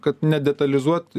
kad nedetalizuoti